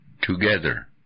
Together